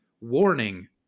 warning